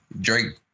Drake